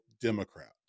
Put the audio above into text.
Democrat